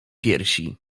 piersi